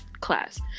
class